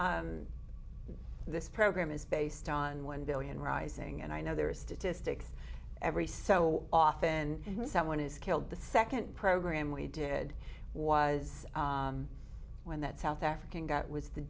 this program is based on one billion rising and i know there are statistics every so often someone is killed the second program we did was when that south african got was the